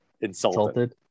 insulted